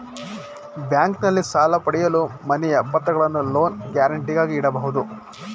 ಬ್ಯಾಂಕ್ನಲ್ಲಿ ಸಾಲ ಪಡೆಯಲು ಮನೆಯ ಪತ್ರಗಳನ್ನು ಲೋನ್ ಗ್ಯಾರಂಟಿಗಾಗಿ ಇಡಬಹುದು